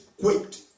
quaked